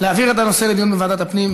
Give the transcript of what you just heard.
להעביר את הנושא לדיון בוועדת הפנים,